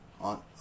on